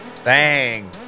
bang